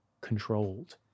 controlled